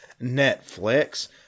Netflix